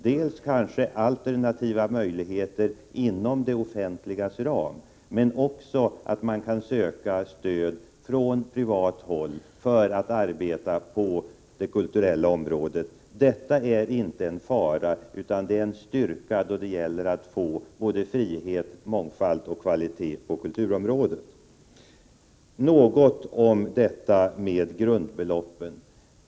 Det kan vara alternativa möjligheter inom det offentligas ram, men man bör också kunna söka stöd från privat håll för att arbeta på det kulturella området. Detta är inte en fara utan en styrka då det gäller att få frihet, mångfald och kvalitet på kulturområdet. Jag vill något beröra grundbeloppet.